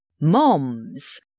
Moms